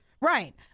Right